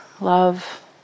love